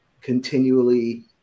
continually